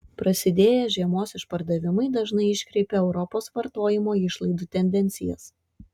prasidėję žiemos išpardavimai dažnai iškreipia europos vartojimo išlaidų tendencijas